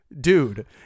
Dude